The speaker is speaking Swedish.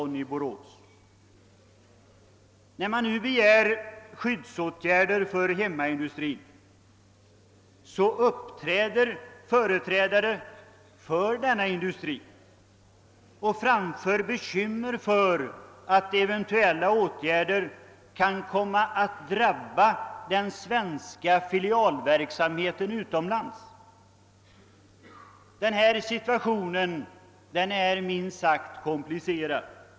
När man nu begär skyddsåtgärder för hemmaindustrin uppträder företrädare för denna industri och är bekymrade för att eventuella åtgärder kan komma att drabba den svenska filialverksamheten utomlands. Denna situation är minst sagt komplicerad.